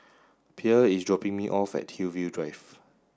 Pierre is dropping me off at Hillview Drive